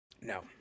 no